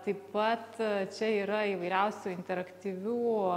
taip pat čia yra įvairiausių interaktyvių